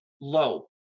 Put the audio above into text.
low